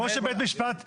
זה כמו שבית משפט --- איתן,